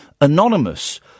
anonymous